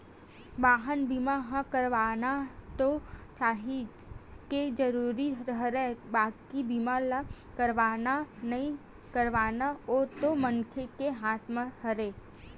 बाहन बीमा ह करवाना तो काहेच के जरुरी रहिथे बाकी बीमा ल करवाना नइ करवाना ओ तो मनखे के हात म रहिथे